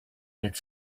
get